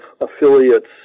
affiliates